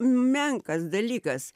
menkas dalykas